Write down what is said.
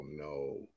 no